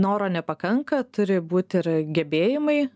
noro nepakanka turi būti ir gebėjimai